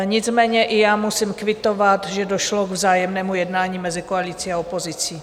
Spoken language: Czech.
Nicméně i já musím kvitovat, že došlo k vzájemnému jednání mezi koalicí a opozicí.